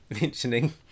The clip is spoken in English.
Mentioning